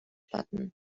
бодно